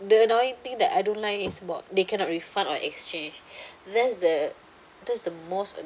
the annoying thing that I don't like is about they cannot refund or exchange that's the that's the most